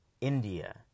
India